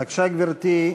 בבקשה, גברתי,